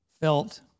felt